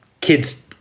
Kids